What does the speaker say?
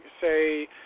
say